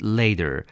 later